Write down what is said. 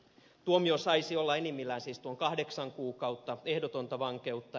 tuomio saisi olla enimmillään siis tuon kahdeksan kuukautta ehdotonta vankeutta